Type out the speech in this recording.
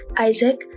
Isaac